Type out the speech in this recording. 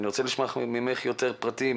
אני רוצה לשמוע ממך, נירית, יותר פרטים.